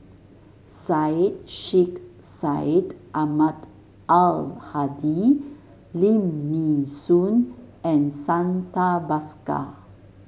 Syed Sheikh Syed Ahmad Al Hadi Lim Nee Soon and Santha Bhaskar